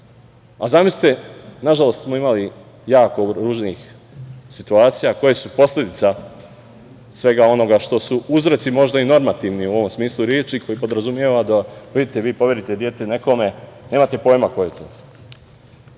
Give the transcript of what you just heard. preporuka. Zamislite, nažalost smo imali jako ružnih situacija koje su posledica svega onoga što su uzroci, možda i normativni u ovom smislu reči, koji podrazumeva… Vidite, vi poverite dete nekome, nemate pojma ko je to.